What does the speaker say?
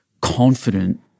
confident